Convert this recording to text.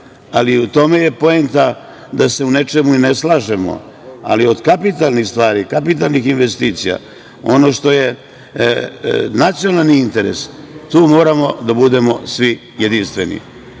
ali u tome je poenta da se u nečemu i ne slažemo, ali od kapitalnih stvari, kapitalnih investicija, ono što je nacionalni interes, tu moramo da budemo svi jedinstveni